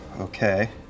Okay